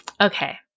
Okay